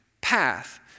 path